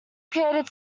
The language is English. created